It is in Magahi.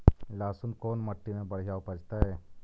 लहसुन कोन मट्टी मे बढ़िया उपजतै?